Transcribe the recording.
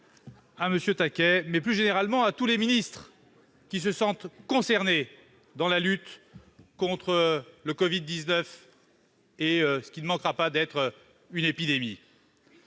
la santé, et, plus généralement, à tous les ministres qui se sentent concernés par la lutte contre le Covid-19 et ce qui ne manquera pas d'être une épidémie.